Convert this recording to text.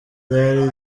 ryari